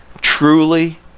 truly